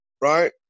right